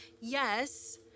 yes